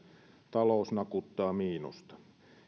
talous nakuttaa miinusta